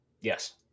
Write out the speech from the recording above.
Yes